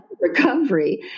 recovery